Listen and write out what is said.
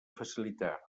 facilitar